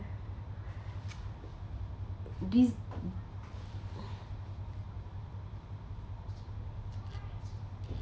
this